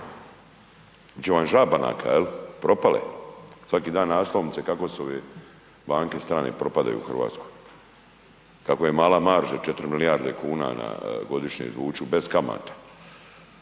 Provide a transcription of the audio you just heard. će vam ža banaka jel propale. Svaki dan naslovnice kako su ove banke strane propadaju u Hrvatskoj kako im je mala marža 4 milijarde kuna na godišnje izvuću bez kamata.